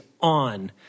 on